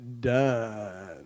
done